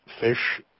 Fish